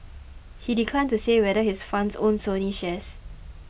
he declined to say whether his fund owns Sony shares